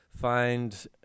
find